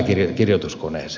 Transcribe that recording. ei sovi